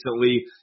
recently